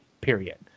period